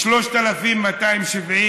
ל-3,270,